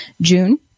June